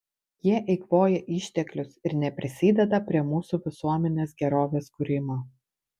jie eikvoja išteklius ir neprisideda prie mūsų visuomenės gerovės kūrimo